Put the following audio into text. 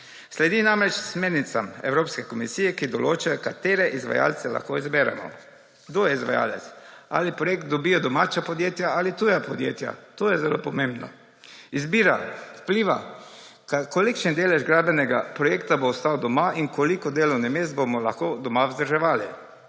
Sledita namreč smernicam Evropske komisije, ki določajo, katere izvajalce lahko izberemo. Kdo je izvajalec? Ali projekt dobijo domača podjetja ali tuja podjetja? To je zelo pomembno. Izbira vpliva, kolikšen delež gradbenega projekta bo ostal doma in koliko delovnih mest bomo lahko doma vzdrževali.